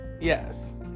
Yes